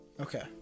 Okay